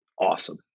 awesome